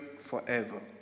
forever